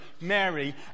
Mary